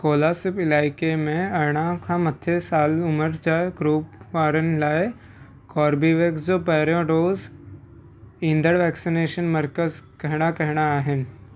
कोलासिब इलाइक़े में अरिड़हं खां मथे साल उमिरि जे ग्रूप वारनि लाइ कोर्बीवेक्स जो पहिरियों डोज़ ॾींदड़ वैक्सनेशन मर्कज़ कहिड़ा कहिड़ा आहिन